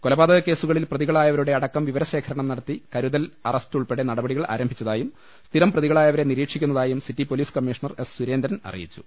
കൊലപാതക കേസുകളിൽ പ്രതികളായവരുടെ അടക്കം വിവരശേഖരണം നടത്തി കരുതൽ അറസ്റ്റ് ഉൾപ്പെടെ നടപടികൾ ആരംഭിച്ചതായും സ്ഥിരം പ്രതിക ളായവരെ നിരീക്ഷിക്കുന്നതായും city police commissioner S Surendran അറിയിച്ചു